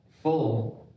full